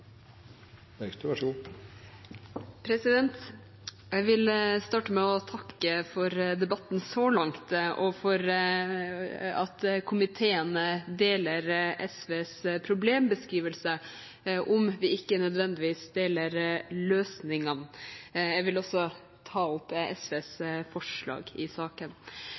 for at komiteen deler SVs problembeskrivelse, om vi ikke nødvendigvis deler syn på løsningene. Jeg vil også ta opp SVs forslag i saken.